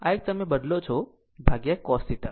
આમ આ એક તે તમે બદલો છો cos θ